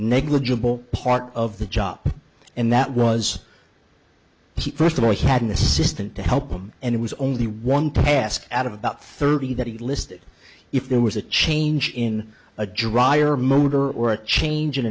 negligible part of the job and that was he first of all he had an assistant to help him and it was only one task out of about thirty that he listed if there was a change in a dryer motor or a change in